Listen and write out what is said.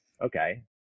okay